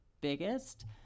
biggest